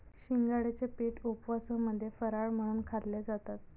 शिंगाड्याचे पीठ उपवासामध्ये फराळ म्हणून खाल्ले जातात